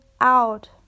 out